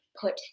put